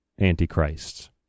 antichrists